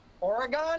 Oregon